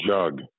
Jug